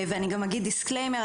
ואני גם אגיד דיסקליימר,